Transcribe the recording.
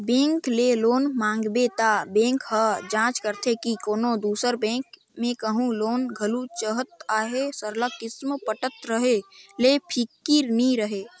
bank ले loan मांगबे त बेंक ह जांच करथे के कोनो दूसर बेंक में कहों लोन घलो चलत अहे सरलग किस्त पटत रहें ले फिकिर नी रहे